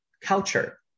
culture